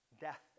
death